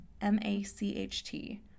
M-A-C-H-T